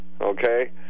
Okay